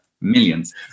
Millions